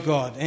God